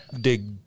dig